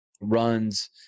runs